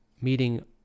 meeting